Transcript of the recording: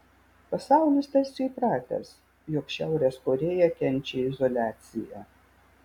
pasaulis tarsi įpratęs jog šiaurės korėja kenčia izoliaciją